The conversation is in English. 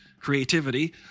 creativity